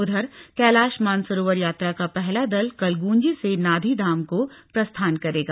उधर कैलाश मानसरोवर यात्रा का पहला दल कल गूंजी से नाधी धाम को प्रस्थान करेगा